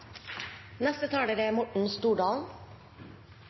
Neste talar er